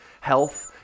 health